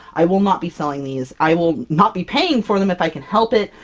i will not be selling these, i will not be paying for them if i can help it,